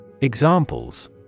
Examples